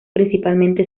principalmente